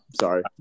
sorry